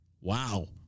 Wow